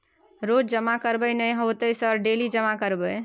रोज जमा करबे नए होते सर डेली जमा करैबै?